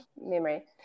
memory